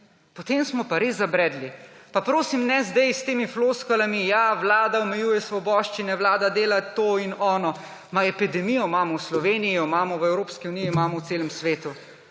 Potem smo pa res zabredli. Prosim, ne zdaj s temi floskulami, ja, Vlada omejuje svoboščine, Vlada dela to in ono. Epidemijo imamo v Sloveniji, jo imamo v Evropski uniji, jo imamo po celem svetu.